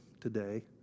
today